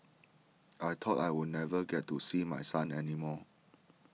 I thought I would never get to see my son any more